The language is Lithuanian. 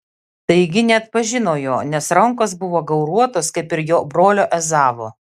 taigi neatpažino jo nes rankos buvo gauruotos kaip ir jo brolio ezavo